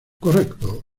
correcto